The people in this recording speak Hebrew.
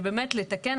שבאמת לתקן.